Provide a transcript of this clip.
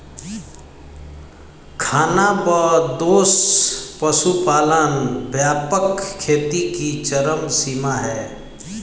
खानाबदोश पशुपालन व्यापक खेती की चरम सीमा है